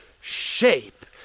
shape